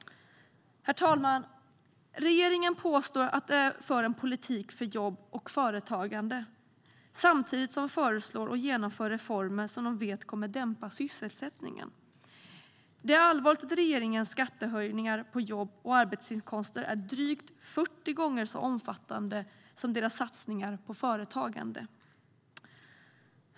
Herr talman! Regeringen påstår att de för en politik för jobb och företagande samtidigt som de föreslår och genomför reformer som de vet kommer att dämpa sysselsättningen. Det är allvarligt att regeringens skattehöjningar på jobb och arbetsinkomster är drygt 40 gånger så omfattande som deras satsningar på företagande.